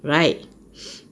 right